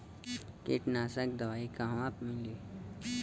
कीटनाशक दवाई कहवा मिली?